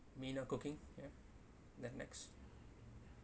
me not cooking ya then next